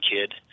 kid